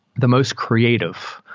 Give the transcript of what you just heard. the most creative.